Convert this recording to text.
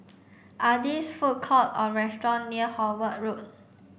are these food court or restaurant near Howard Road